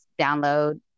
download